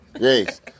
Yes